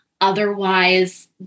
otherwise